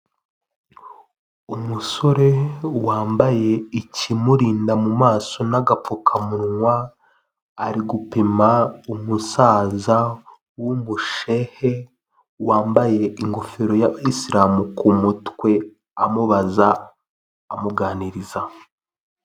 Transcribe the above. Umusore wambaye ikimurinda mu maso n'agapfukamunwa ari gupima umusaza w'umushehe wambaye ingofero ya isilamu ku mutwe amubaza amuganiriza.